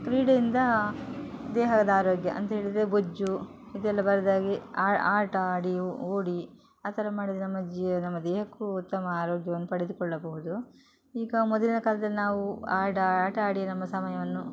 ಕ್ರೀಡೆಯಿಂದ ದೇಹದಾರೋಗ್ಯ ಅಂತೇಳಿದರೆ ಬೊಜ್ಜು ಇದೆಲ್ಲ ಬರದಾಗೆ ಆಟ ಆಡಿ ಓಡಿ ಆ ಥರ ಮಾಡಿದರೆ ನಮ್ಮ ಜಿ ನಮ್ಮ ದೇಹಕ್ಕು ಉತ್ತಮ ಆರೋಗ್ಯವನ್ನು ಪಡೆದುಕೊಳ್ಳಬಹುದು ಈಗ ಮೊದಲಿನ ಕಾಲದಲ್ಲಿ ನಾವು ಆಡಿ ಆಟಾಡಿ ನಮ್ಮ ಸಮಯವನ್ನು